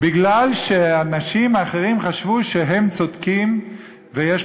הוויכוח הזה על הטרמינולוגיה לא משנה את המציאות שבעיראק ובלוב